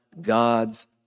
God's